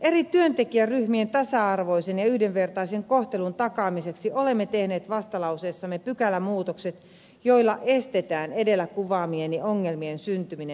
eri työntekijäryhmien tasa arvoisen ja yhdenvertaisen kohtelun takaamiseksi olemme tehneet vastalauseessamme pykälämuutokset joilla estetään edellä kuvaamieni ongelmien syntyminen